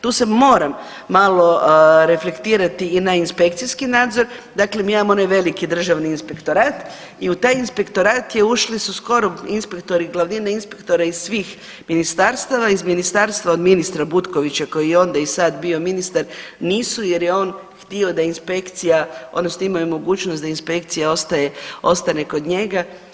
Tu se moram malo reflektirati i na inspekcijski nadzor, dakle mi imamo onaj veliki državni inspektorat i u taj inspektorat je ušli su skoro inspektori glavnine inspektora iz svih ministarstava, iz ministarstva od ministra Butkovića koji je onda i sad bio ministar nisu jer je on htio da inspekcija odnosno imao je mogućnost da inspekcija ostaje, ostane kod njega.